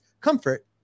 comfort